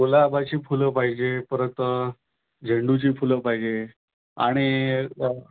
गुलाबाची फुलं पाहिजे परत झेंडूची फुलं पाहिजे आणि